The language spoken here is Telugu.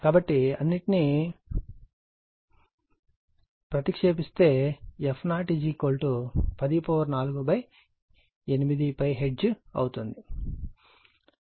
కాబట్టి అన్నిటినీ ప్రతిక్షేపిస్తే f0 104 8π హెర్ట్జ్ వస్తుంది